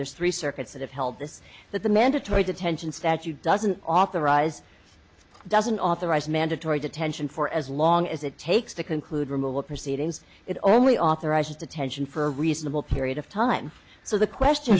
there's three circuits that have held this that the mandatory detention statute doesn't authorize doesn't authorize mandatory detention for as long as it takes to conclude removal proceedings it only authorizes detention for a reasonable period of time so the question